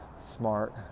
smart